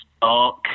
dark